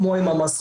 כמו עם המסוק,